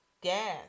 gas